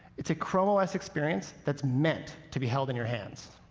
it's a chrome os experience that's meant to be held in your hands.